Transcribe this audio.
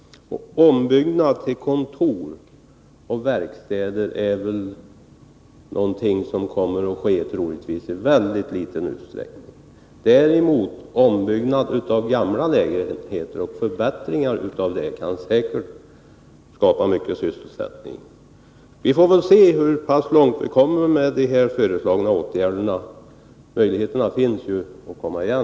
Ombyggnad till kontor och verkstäder kommer troligtvis att ske i mycket liten utsträckning. Ombyggnad och förbättringar av gamla lägenheter kan däremot säkert skapa mycket sysselsättning. Vi får se hur långt vi kommer med de föreslagna åtgärderna. Det finns ju möjligheter att komma igen.